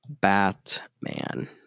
Batman